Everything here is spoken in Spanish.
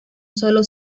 solo